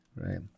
Right